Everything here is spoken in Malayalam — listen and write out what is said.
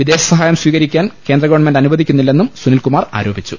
വിദേശ സഹായം സ്വീകരിക്കാൻ കേന്ദ്രഗവൺമെന്റ് അനുവദിക്കുന്നില്ലെന്നും സുനിൽകുമാർ ആരോപിച്ചു